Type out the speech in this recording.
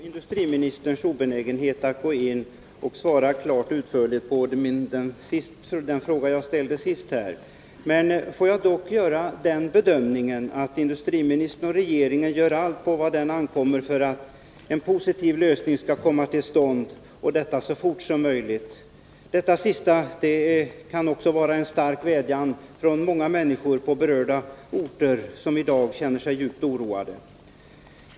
Herr talman! Jag kan delvis förstå industriministerns obenägenhet att svara klart och utförligt på den sista av de frågor jag ställde. Jag gör dock den bedömningen att industriministern och regeringen gör allt vad på dem ankommer för att en positiv lösning skall komma till stånd så fort som möjligt. Detta kan också vara en stark vädjan från många människor på berörda orter och som i dag känner sig djupt oroade.